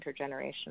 intergenerational